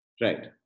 Right